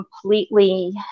completely